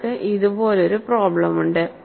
നിങ്ങൾക്ക് ഇതുപോലുള്ള ഒരു പ്രോബ്ലെമുണ്ട്